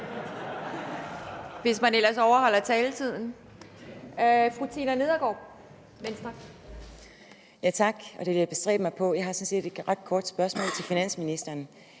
hvis man ellers overholder taletiden. Fru Tina Nedergaard, Venstre. Kl. 18:18 Tina Nedergaard (V): Tak, det vil jeg bestræbe mig på. Jeg har sådan set et ret kort spørgsmål til finansministeren.